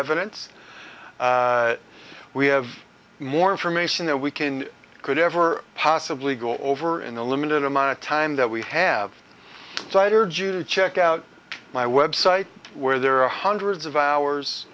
evidence we have more information than we can could ever possibly go over in the limited amount of time that we have tiger june check out my website where there are hundreds of hours